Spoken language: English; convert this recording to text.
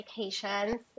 medications